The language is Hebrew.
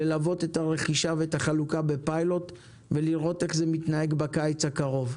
ללוות את הרכישה ואת החלוקה בפיילוט ולראות איך זה מתנהל בקיץ הקרוב.